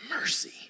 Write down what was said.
Mercy